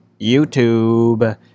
YouTube